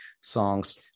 songs